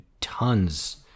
tons